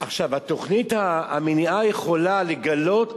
תוכנית המניעה יכולה לגלות